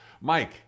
Mike